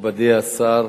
מכובדי השר